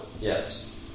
Yes